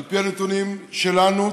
על פי הנתונים שלנו,